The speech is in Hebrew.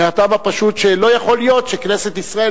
מהטעם הפשוט שלא יכול להיות שכנסת ישראל,